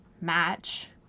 match